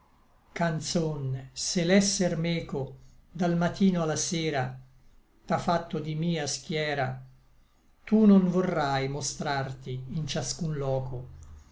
canzon se l'esser meco dal matino a la sera t'à fatto di mia schiera tu non vorrai mostrarti in ciascun loco